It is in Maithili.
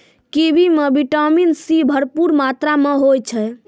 कीवी म विटामिन सी भरपूर मात्रा में होय छै